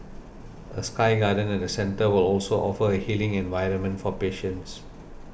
a sky garden at the centre will also offer a healing environment for patients